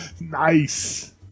Nice